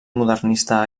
modernista